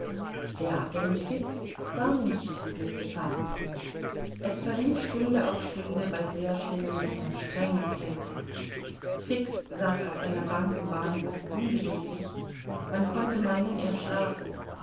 der agent fix war nicht mitgefahren es verlief stunde auf stunde bei sehr schlimmem wetter strenger kälte fix saß auf einer bank im bahnhof unbeweglich man konnte meinen er schlafe